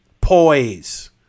Poise